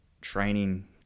training